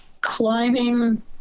Climbing